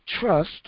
trust